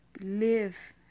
live